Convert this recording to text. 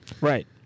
Right